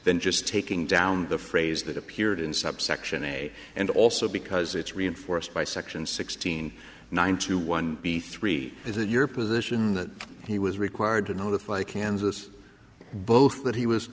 than just taking down the phrase that appeared in subsection a and also because it's reinforced by section sixteen nine to one b three is that your position that he was required to notify kansas both that he was